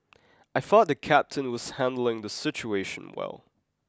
I thought the captain was handling the situation well